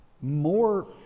more